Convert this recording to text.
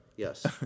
Yes